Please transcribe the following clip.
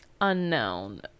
unknown